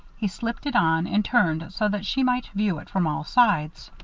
he slipped it on and turned so that she might view it from all sides.